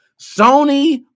Sony